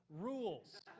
rules